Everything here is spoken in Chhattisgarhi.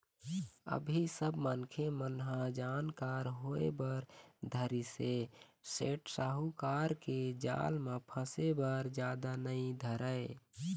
अभी सब मनखे मन ह जानकार होय बर धरिस ऐ सेठ साहूकार के जाल म फसे बर जादा नइ धरय